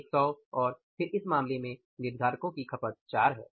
100 और फिर इस मामले में निर्धारकों की खपत 4 है